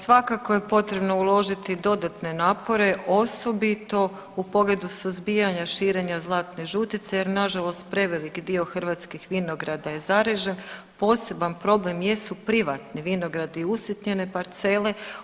svakako je potrebno uložiti dodatne napore, osobito u pogledu suzbijanja širenja zlatne žutice jer nažalost preveliki dio hrvatskih vinograda je zaražen, poseban problem jesu privatni vinogradi i usitnjene parcele.